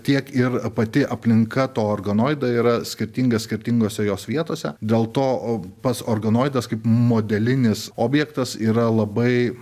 tiek ir pati aplinka to organoido yra skirtinga skirtingose jos vietose dėl to pats organoidas kaip modelinis objektas yra labai